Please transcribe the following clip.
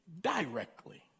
directly